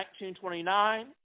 1929